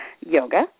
yoga